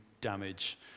damage